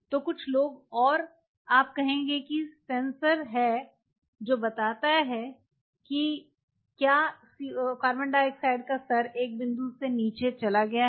तो कुछ लोग और आप कहेंगे कि सेंसर है जो बताता है कि क्या CO2 का स्तर एक बिंदु से नीचे चला गया है